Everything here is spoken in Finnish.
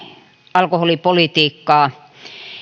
alkoholipolitiikkaa